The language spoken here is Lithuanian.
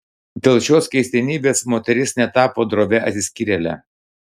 dėl šios keistenybės moteris netapo drovia atsiskyrėle